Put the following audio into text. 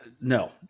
no